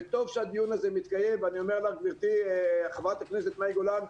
טוב שהדיון הזה מתקיים ואני אומר לך גברתי חברת הכנסת מאי גולן,